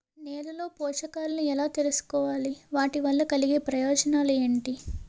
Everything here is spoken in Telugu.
నేలలో పోషకాలను ఎలా తెలుసుకోవాలి? వాటి వల్ల కలిగే ప్రయోజనాలు ఏంటి?